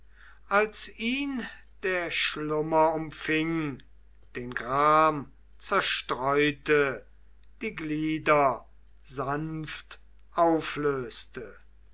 als ihn der schlummer umfing den gram zerstreute die glieder sanft auflöste